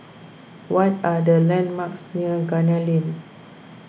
what are the landmarks near Gunner Lane